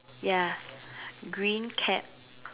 ya green cap